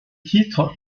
titre